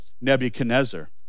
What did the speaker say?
Nebuchadnezzar